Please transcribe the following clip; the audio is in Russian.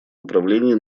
направлении